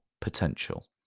potential